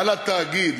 על התאגיד.